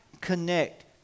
connect